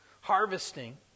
harvesting